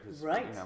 Right